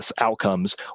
outcomes